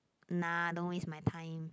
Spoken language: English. nah don't waste my time